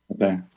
Okay